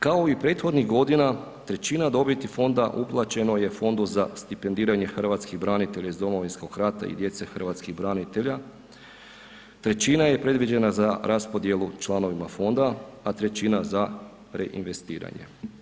Kao i prethodnih godina trećina dobiti fonda uplaćeno je Fondu za stipendiranje hrvatskih branitelja iz Domovinskog rata i djece hrvatskih branitelja, trećina je predviđena za raspodjelu članovima fonda, a trećina za reinvestiranje.